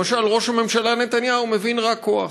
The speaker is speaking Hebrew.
למשל ראש הממשלה נתניהו מבין רק כוח.